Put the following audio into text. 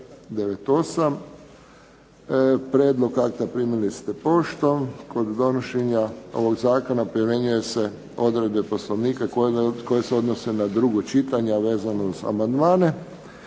598. Prijedlog akta primili ste poštom. Kod donošenja ovog zakona primjenjuju se odredbe Poslovnika koje se odnose na drugo čitanje, a vezano uz amandmane.